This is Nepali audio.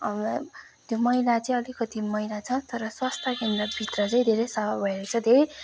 त्यो मैला चाहिँ अलिकति मैला छ तर स्वास्थ्या केन्द्रभित्र चाहिँ धेरै सफा भएर चाहिँ धेरै